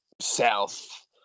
south